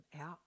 out